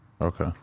Okay